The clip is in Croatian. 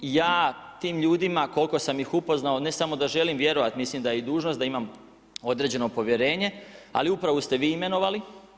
Ja tim ljudima koliko sam ih upoznao ne samo da im želim vjerovati, mislim da je dužnost da imamo određeno povjerenje, ali upravu ste vi imenovali.